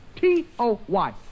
T-O-Y